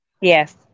Yes